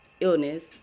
illness